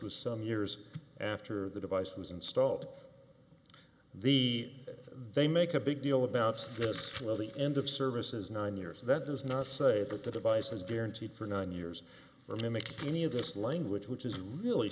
was some years after the device was installed the they make a big deal about this well the end of service is nine years that does not say that the device has guaranteed for nine years or make any of this language which is really